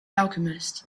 alchemist